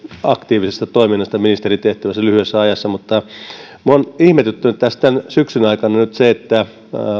aktiivisesta toiminnasta ministerin tehtävässä lyhyessä ajassa mutta minua on ihmetyttänyt tässä tämän syksyn aikana nyt se että